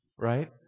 right